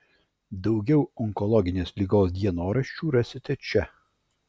daugiau onkologinės ligos dienoraščių rasite čia